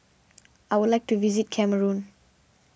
I would like to visit Cameroon